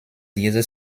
diese